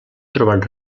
trobat